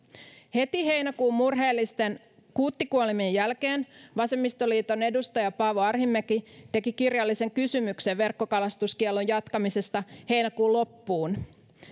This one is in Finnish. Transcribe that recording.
heti heinäkuun murheellisten kuuttikuolemien jälkeen vasemmistoliiton edustaja paavo arhinmäki teki kirjallisen kysymyksen verkkokalastuskiellon jatkamisesta heinäkuun loppuun